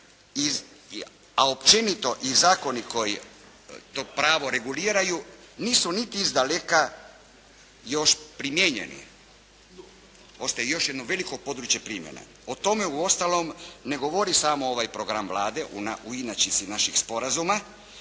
a općenito i zakoni koji to pravo reguliraju, nisu niti izdaleka još primijenjeni, ostaje još jedno veliko područje primjene. O tome uostalom ne govori samo ovaj program Vlade u inačici naših sporazuma